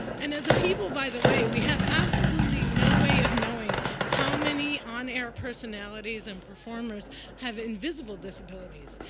and as a people, by the way, we have absolutely no way of knowing how many on-air personalities and performers have invisible disabilities.